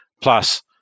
plus